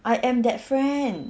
I am that friend